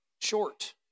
short